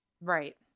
right